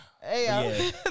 Hey